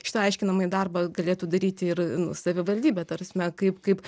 šitą aiškinamąjį darbą galėtų daryti ir savivaldybė ta prasme kaip kaip